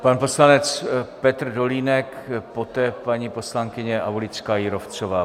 Pan poslanec Petr Dolínek, poté paní poslankyně Aulická Jírovcová.